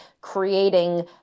creating